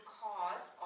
cause